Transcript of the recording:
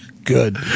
Good